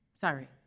Sorry